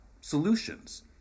solutions